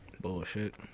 Bullshit